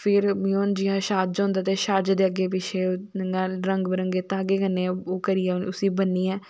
फिर हून जियां छज होंदा ते छज दे अग्गे पिच्छे रंग बरंगे धागें कन्नै ओह् करिऐ उसी ब'न्निऐ